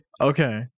okay